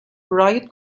riot